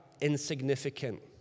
insignificant